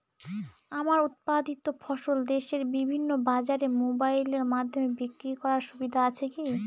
আমার উৎপাদিত ফসল দেশের বিভিন্ন বাজারে মোবাইলের মাধ্যমে বিক্রি করার সুবিধা আছে কি?